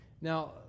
Now